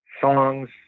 songs